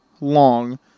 long